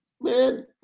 Man